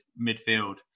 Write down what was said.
midfield